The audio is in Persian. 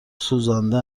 سوزانده